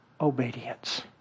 obedience